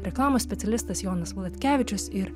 reklamos specialistas jonas valatkevičius ir